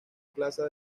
plaza